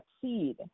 succeed